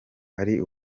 ari